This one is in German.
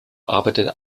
arbeitete